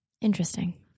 Interesting